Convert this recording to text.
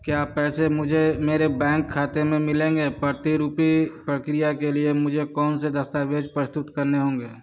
क्या पैसे मुझे मेरे बैंक खाते में मिलेंगे पर्तिरूपी प्रक्रिया के लिये मुझे कौन से दस्तावेज़ प्रस्तुत करने होंगे